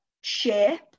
shape